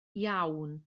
iawn